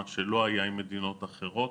מה שלא היה עם מדינות אחרות,